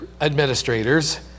administrators